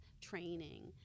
training